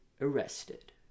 arrested